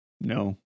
No